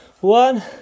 one